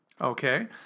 okay